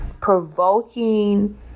provoking